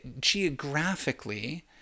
geographically